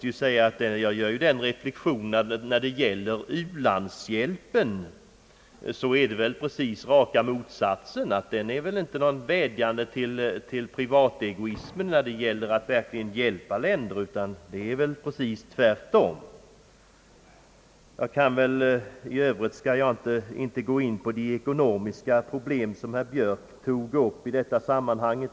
Jag gör den reflexionen att det väl inte sker någon vädjan till privategoismen när det gäller att verkligen hjälpa u-länderna, utan förhållandena är de rakt motsatta. I Övrigt skall jag inte gå in på de ekonomiska problem som herr Björk tog upp i detta sammanhang.